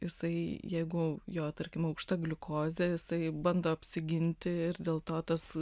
jisai jeigu jo tarkim aukšta gliukozė jisai bando apsiginti ir dėl to tas